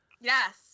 Yes